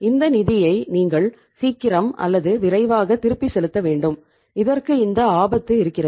இந்த நிதியை நீங்கள் சீக்கிரம் அல்லது விரைவாக திருப்பிச் செலுத்த வேண்டும் இதற்கு இந்த ஆபத்து இருக்கிறது